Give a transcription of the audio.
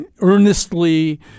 earnestly